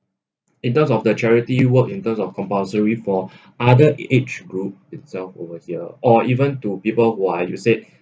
in terms of the charity work in terms of compulsory for other age group itself over here or even to people who are you said